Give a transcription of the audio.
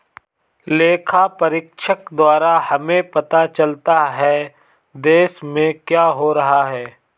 लेखा परीक्षक द्वारा हमें पता चलता हैं, देश में क्या हो रहा हैं?